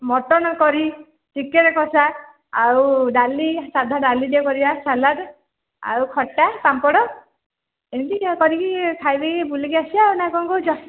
mutton କରି chicken କଷା ଆଉ ଡାଲି ସାଧା ଡାଲି ଟିଏ କରିବା ସାଲାଡ଼ ଆଉ ଖଟା ପାମ୍ପଡ଼ ଏମିତି କରିକି ଖାଇ ଦେଇକି ବୁଲିକି ଆସିବା ଆଉ ନା କ'ଣ କହୁଛ